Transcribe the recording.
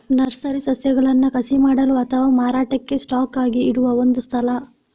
nursery ಸಸ್ಯಗಳನ್ನ ಕಸಿ ಮಾಡಲು ಅಥವಾ ಮಾರಾಟಕ್ಕೆ ಸ್ಟಾಕ್ ಆಗಿ ಇಡುವ ಒಂದು ಸ್ಥಳ